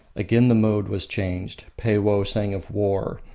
again the mode was changed peiwoh sang of war,